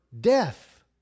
death